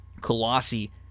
Colossi